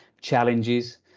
challenges